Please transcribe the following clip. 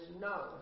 No